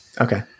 Okay